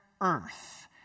earth